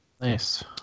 nice